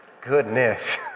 goodness